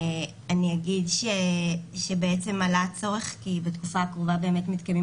הצורך עלה כי בתקופה הקרובה מתקיימים